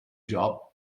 job